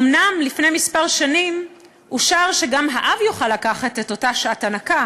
אומנם לפני כמה שנים אושר שגם האב יוכל לקחת את אותה שעת ההנקה,